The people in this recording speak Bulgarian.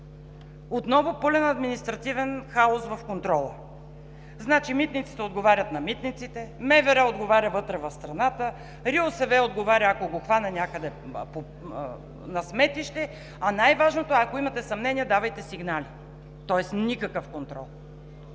Отново пълен административен хаос в контрола: митниците отговарят на митниците, МВР отговаря вътре в страната, РИОСВ отговаря, ако го хване някъде на сметище, и най-важното: „Ако имате съмнения, давайте сигнали“, тоест никакъв контрол.